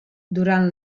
durant